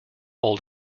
old